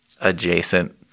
adjacent